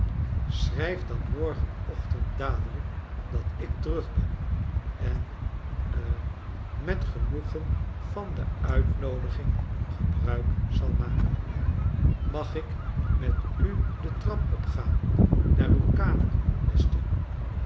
schrijf dan morgenochtend dadelijk dat ik terug ben en ha met genoegen van de uitnoodiging gebruik zal maken mag ik met u de trap opgaan naar uw kamer beste